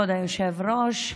כבוד היושב-ראש,